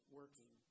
working